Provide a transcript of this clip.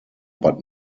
but